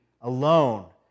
alone